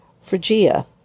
Phrygia